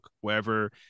wherever